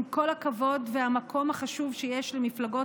עם כל הכבוד והמקום החשוב שיש למפלגות